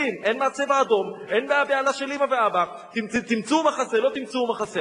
אמרתי: מנהיג מאבד את זכות ההנהגה שלו ברגע שהוא לא מגן ביטחונית על